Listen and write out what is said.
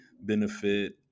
benefit